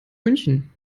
münchen